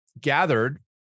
gathered